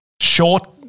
short-